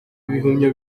ibihumyo